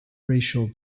racial